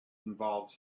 involved